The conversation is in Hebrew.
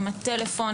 עם הטלפון,